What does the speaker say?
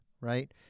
right